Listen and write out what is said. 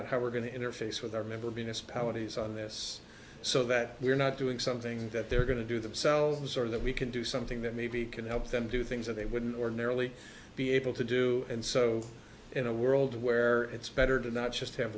out how we're going to interface with our member being a spell and he's on this so that we're not doing something that they're going to do themselves or that we can do something that maybe can help them do things that they wouldn't ordinarily be able to do and so in a world where it's better to not just have